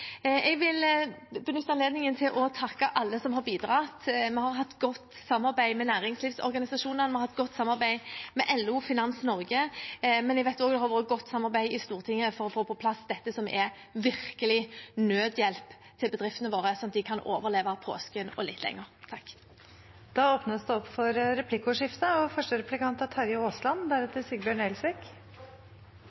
Jeg vil benytte anledningen til å takke alle som har bidratt. Vi har hatt et godt samarbeid med næringslivsorganisasjonene. Vi har hatt et godt samarbeid med LO og Finans Norge. Jeg vet det også har vært et godt samarbeid i Stortinget for å få på plass dette som virkelig er nødhjelp til bedriftene våre, sånn at de kan overleve påsken og litt lenger. Det blir replikkordskifte. Det er ingen tvil om at det er